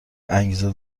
انگیزه